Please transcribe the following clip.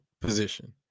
position